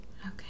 Okay